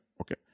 Okay